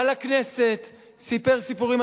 בא לכנסת, סיפר סיפורים.